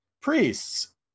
priests